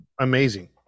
amazing